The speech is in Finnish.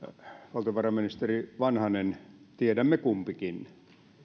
valtiovarainministeri vanhanen tiedämme kumpikin